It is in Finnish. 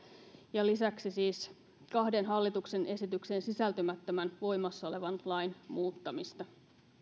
ja lisäksi siis kahden hallituksen esitykseen sisältymättömän voimassa olevan lain muuttamista